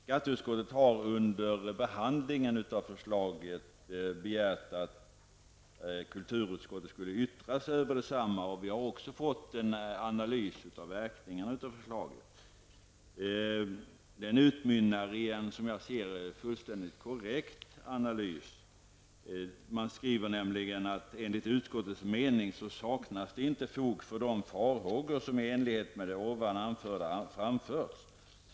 Skatteutskottet har under behandlingen av förslaget begärt att kulturutskottet skulle yttra sig över detsamma, och vi har också fått en analys av verkningarna av förslaget. Yttrandet utmynnar i en som jag ser det fullständigt korrekt analys. Kulturutskottet skriver: ''Enligt utskottets mening saknas det inte fog för de farhågor som i enlighet med det ovan anförda framförts.